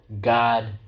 God